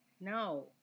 no